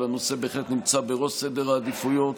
אבל הנושא בהחלט נמצא בראש סדר העדיפויות,